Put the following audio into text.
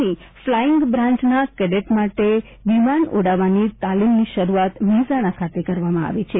ની ફલાઇંગ બ્રાંચના કેડેટ માટે વિમાન ઉડાડવાની તાલીમની શરૂઆત મહેસાણા ખાતે કરવામાં આવી છે